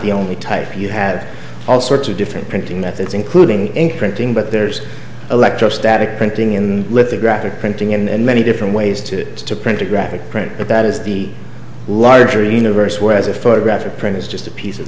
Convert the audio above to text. the only type you have all sorts of different printing methods including ink printing but there's electrostatic printing in lithographic printing and many different ways to get to print a graphic print the that is the larger universe whereas a photographic print is just a piece of